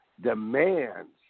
Demands